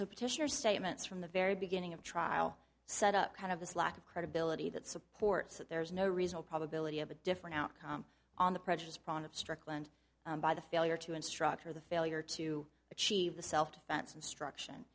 so petitioner statements from the very beginning of trial set up kind of this lack of credibility that supports that there is no reason probability of a different outcome on the prejudice problem of strickland by the failure to instructor the failure to achieve the self defense instruction